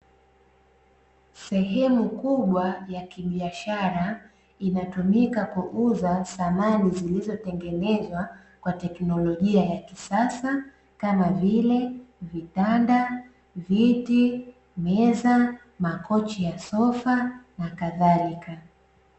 Sehemu kubwa ya kibiashara inatumika kuuza samani zilizotengenezwa kwa teknolojia ya kisasa, kama vile: vitanda, viti, meza, makochi ya sofa nakadhalika.